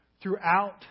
throughout